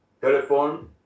telephone